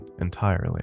entirely